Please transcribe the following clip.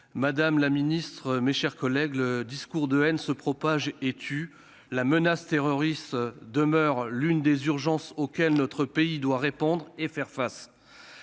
Madame la ministre, mes chers collègues, les discours de haine se propagent et tuent. La menace terroriste demeure l'une des urgences auxquelles notre pays doit répondre. La lutte